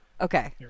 okay